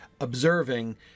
observing